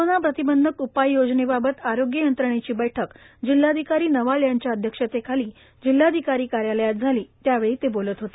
corona प्रतिबंधक उपाययोजनेबाबत आरोग्य यंत्रणेची बैठक जिल्हाधिकारी नवाल यांच्या अध्यक्षतेखाली जिल्हाधिकारी कार्यालयात झाली त्यावेळी ते बोलत होते